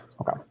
Okay